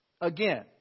Again